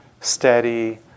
steady